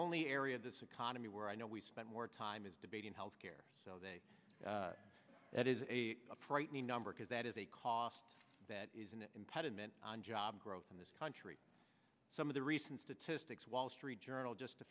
only area of this economy where i know we spend more time is debating health care so they it is a upright number because that is a cost that is an impediment on job growth in this country some of the recent statistics wall street journal just a